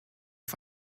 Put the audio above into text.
auf